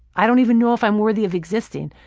i don't even know if i'm worthy of existing.